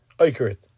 accurate